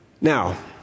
Now